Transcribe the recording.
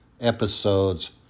episodes